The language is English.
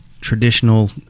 traditional